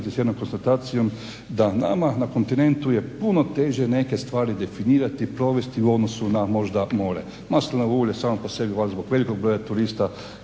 jednom konstatacijom da nama na kontinentu je puno teže neke stvari definirati, provesti u odnosu na možda more. Maslinovo ulje samo po sebi valjda baš zbog velikog broja turista